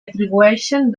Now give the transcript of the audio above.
atribueixen